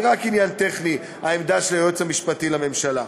זה רק עניין טכני, העמדה של היועץ המשפטי לממשלה.